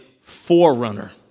forerunner